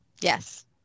yes